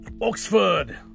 Oxford